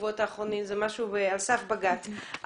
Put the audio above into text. זה משהו על סף בג"ץ.